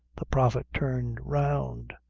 the prophet turned round,